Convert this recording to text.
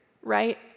right